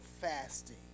fasting